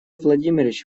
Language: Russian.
владимирович